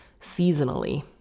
seasonally